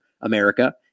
America